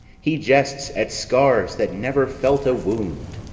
he jests at scars that never felt a wound.